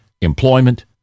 employment